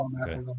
Okay